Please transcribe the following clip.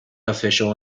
official